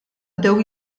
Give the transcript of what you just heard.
bdew